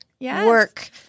work